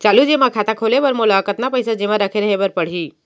चालू जेमा खाता खोले बर मोला कतना पइसा जेमा रखे रहे बर पड़ही?